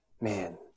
man